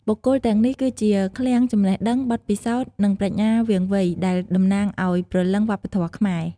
បុគ្គលទាំងនេះ គឺជាឃ្លាំងចំណេះដឹង បទពិសោធន៍ និងប្រាជ្ញាវាងវៃ ដែលតំណាងឱ្យព្រលឹងវប្បធម៌ខ្មែរ។